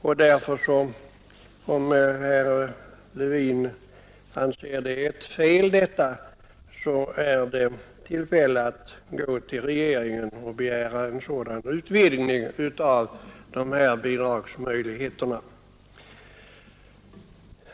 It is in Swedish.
Om herr Levin anser detta vara ett fel, finns ju tillfälle att gå till regeringen och begära en sådan utvidgning av bidragsmöjligheterna.